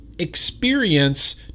experience